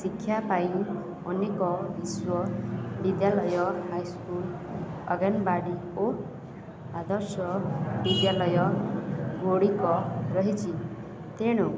ଶିକ୍ଷା ପାଇଁ ଅନେକ ବିଶ୍ୱ ବିଦ୍ୟାଲୟ ହାଇସ୍କୁଲ୍ ଅଗନବାଡ଼ି ଓ ଆଦର୍ଶ ବିଦ୍ୟାଲୟଗୁଡ଼ିକ ରହିଛି ତେଣୁ